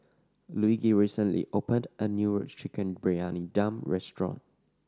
Luigi recently opened a new Chicken Briyani Dum restaurant